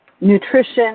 nutrition